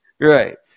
right